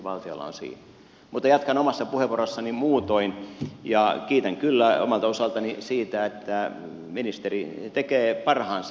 mutta jatkan omassa puheenvuorossani muutoin ja kiitän kyllä omalta osaltani siitä että ministeri tekee parhaansa